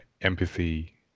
empathy